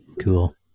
Cool